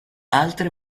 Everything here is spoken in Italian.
altre